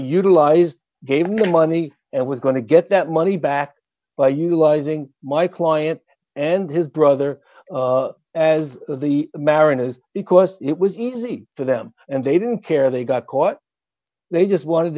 utilized gave no money and was going to get that money back by utilizing my client and his brother as the mariners because it was easy for them and they didn't care they got caught they just wanted